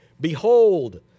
Behold